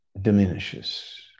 diminishes